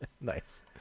Nice